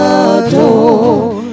adore